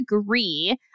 agree